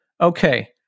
Okay